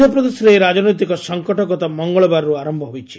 ମଧ୍ୟପ୍ରଦେଶରେ ଏହି ରାଜନୈତିକ ସଂକଟ ଗତ ମଙ୍ଗଳବାରରୁ ଆରମ୍ଭ ହୋଇଛି